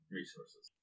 resources